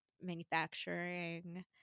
manufacturing